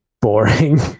boring